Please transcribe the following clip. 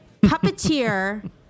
puppeteer